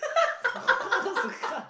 what